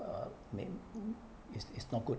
err may mm it's it's not good